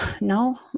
no